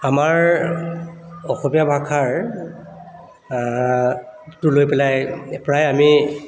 আমাৰ অসমীয়া ভাষাৰ টো লৈ পেলাই প্ৰায় আমি